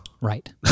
Right